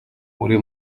uri